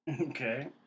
Okay